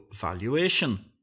valuation